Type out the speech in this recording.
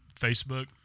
Facebook